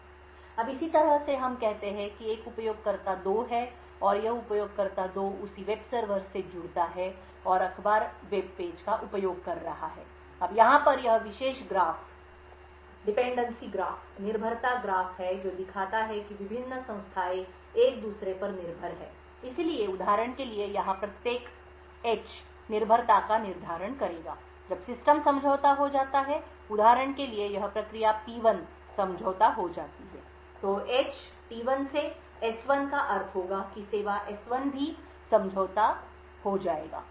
अब इसी तरह से हम कहते हैं कि एक उपयोगकर्ता 2 है और यह उपयोगकर्ता 2 उसीवेब सर्वर से जुड़ता है और अखबार वेब पेज का उपयोग कर रहा है अब यहाँ पर यह विशेष ग्राफ निर्भरता ग्राफ है जो दिखाता है कि विभिन्न संस्थाएं एक दूसरे पर निर्भर हैं इसलिए उदाहरण के लिए यहां प्रत्येक H निर्भरता का निर्धारण करेगा जब सिस्टम समझौता हो जाता है उदाहरण के लिए यह प्रक्रिया P1 समझौता हो जाती है तो एच से S1 का अर्थ होगा कि सेवा S1 भी समझौता हो जाएगा